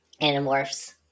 Animorphs